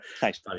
Thanks